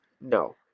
No